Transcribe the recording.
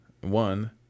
one